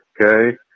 Okay